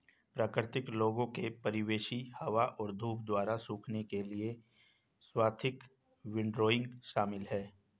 प्राकृतिक लोगों के परिवेशी हवा और धूप द्वारा सूखने के लिए स्वाथिंग विंडरोइंग शामिल है